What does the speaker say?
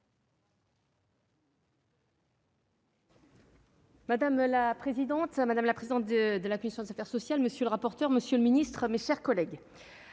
Madame la présidente, madame la présidente de la commission d'affaires sociales, monsieur le rapporteur, monsieur le ministre, mes chers collègues,